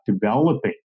developing